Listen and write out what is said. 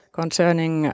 concerning